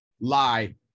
lie